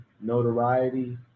notoriety